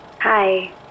Hi